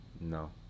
No